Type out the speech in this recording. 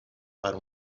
para